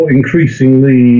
increasingly